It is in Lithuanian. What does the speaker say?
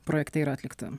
projekte yra atlikta